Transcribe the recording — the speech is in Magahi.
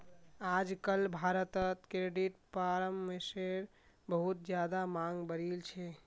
आजकल भारत्त क्रेडिट परामर्शेर बहुत ज्यादा मांग बढ़ील छे